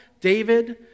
David